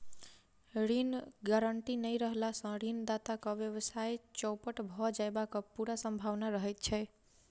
ऋण गारंटी नै रहला सॅ ऋणदाताक व्यवसाय चौपट भ जयबाक पूरा सम्भावना रहैत छै